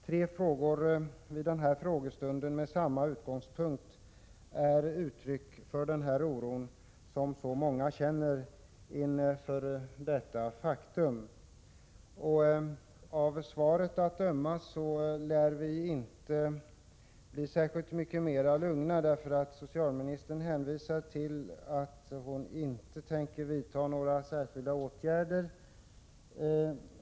Tre frågor vid denna frågestund med samma utgångspunkt är uttryck för den oro som så många känner. Av svaret att döma lär vi inte bli särskilt mycket mer lugna. Socialministern hänvisar ju till att hon inte tänker vidta några särskilda åtgärder.